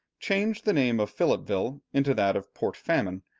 changed the name of philippeville into that of port famine,